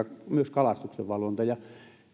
kalastuksenvalvonta